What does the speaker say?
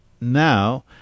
now